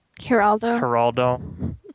Geraldo